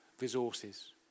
resources